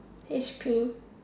H_P